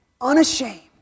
Unashamed